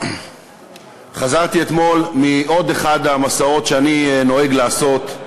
חזרתי אתמול מעוד אחד המסעות שאני נוהג לעשות,